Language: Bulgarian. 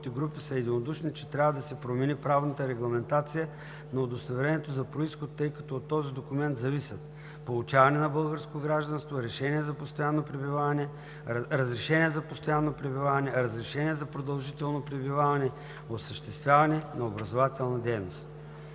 групи са единодушни, че трябва да се промени правната регламентация на удостоверението за произход, тъй като от този документ зависят: получаване на българско гражданство, разрешение за постоянно пребиваване, разрешение за продължително пребиваване, осъществяване на образователна дейност.